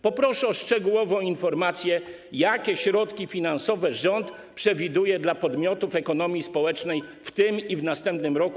Poproszę o szczegółową informację, jakie środki finansowe rząd przewiduje dla podmiotów ekonomii społecznej w tym i w następnym roku.